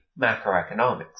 macroeconomics